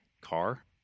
car